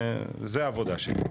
וזו העבודה שלה.